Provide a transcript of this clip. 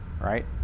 right